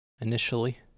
initially